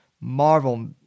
Marvel